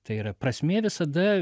tai yra prasmė visada